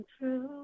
true